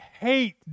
hate